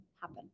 happen